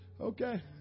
okay